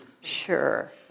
Sure